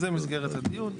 זה מסגרת הדיון.